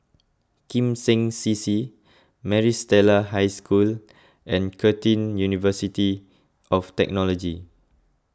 Kim Seng C C Maris Stella High School and Curtin University of Technology